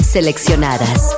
Seleccionadas